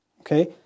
Okay